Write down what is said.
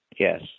Yes